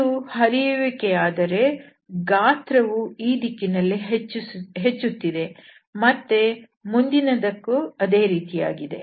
ಇದು ಹರಿಯುವಿಕೆಯಾದರೆ ಗಾತ್ರವು ಈ ದಿಕ್ಕಿನಲ್ಲಿ ಹೆಚ್ಚುತ್ತಿದೆ ಮತ್ತು ಮುಂದಿನದಕ್ಕು ಅದೇ ರೀತಿಯಾಗಿದೆ